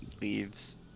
leaves